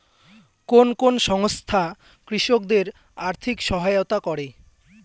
কোন কোন সংস্থা কৃষকদের আর্থিক সহায়তা করে?